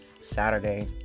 Saturday